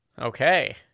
Okay